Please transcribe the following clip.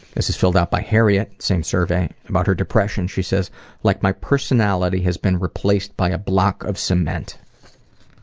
this is filled out by harriet, same survey. about her depression, she says like my personality has been replaced by a block of cement.